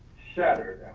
shuttered.